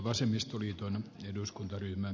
herra puhemies